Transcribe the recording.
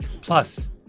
Plus